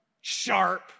Sharp